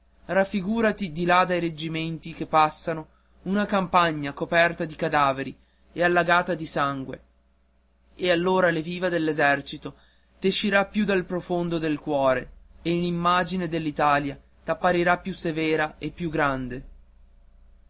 raffigurati di là dai reggimenti che passano una campagna coperta di cadaveri e allagata di sangue e allora l'evviva all'esercito t'escirà più dal profondo del cuore e l'immagine dell'italia t'apparirà più severa e più grande